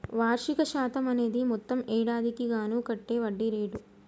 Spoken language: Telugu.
వార్షిక శాతం అనేది మొత్తం ఏడాదికి గాను కట్టే వడ్డీ రేటు